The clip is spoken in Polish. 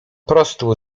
prostu